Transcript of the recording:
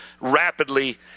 rapidly